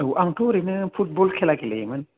औ आंथ' ओरैनो फुटबल खेला गेलेयोमोन